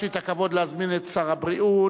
יש לי הכבוד להזמין את שר הבריאות,